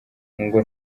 ngo